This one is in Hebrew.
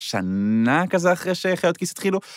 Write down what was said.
שנה כזה אחרי שחיות כיס התחילו.